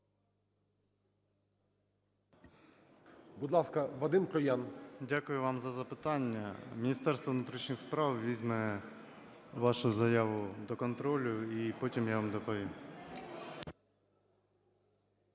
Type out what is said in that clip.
Дякую вам за запитання. Міністерство внутрішніх справ візьме вашу заяву до контролю, і потім я вам доповім.